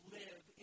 live